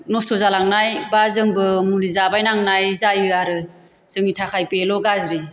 नस्थ' जालांनाय बा जोंबो मुलि जाबाय नांनाय जायो आरो जोंनि थाखाय बेल' गाज्रि